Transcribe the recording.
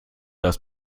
das